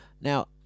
now